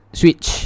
switch